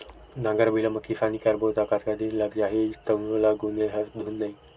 नांगर बइला म किसानी करबो त कतका दिन लाग जही तउनो ल गुने हस धुन नइ